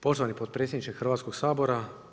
Poštovani potpredsjedniče Hrvatskog sabora.